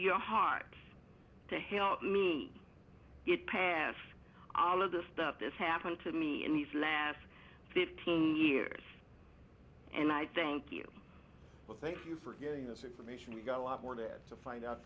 your hearts to help me get past all of the stuff that's happened to me in these last fifteen years and i think you well thank you for giving us information to go out more to find out